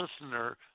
listener